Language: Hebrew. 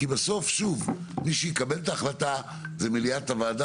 כי בסוף שוב מי שיקבל את ההחלטה זה מליאת הוועדה